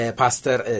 Pastor